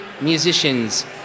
musicians